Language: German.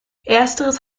ersteres